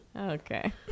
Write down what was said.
Okay